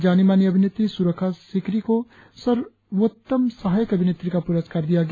जानी मानी अभिनेत्री सुरेखा सीकरी को सर्वोत्तम सहायक अभिनेत्री का पुरस्कार दिया गया